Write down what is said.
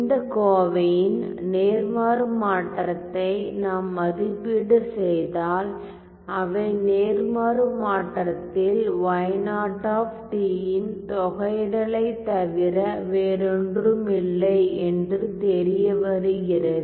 இந்த கோவையின் நேர்மாறு மாற்றத்தை நாம் மதிப்பீடு செய்தால் அவை நேர்மாறு மாற்றத்தில் ன் தொகையிடலைத் தவிர வேறொன்றுமில்லை என்று தெரியவருகிறது